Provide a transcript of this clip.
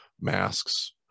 masks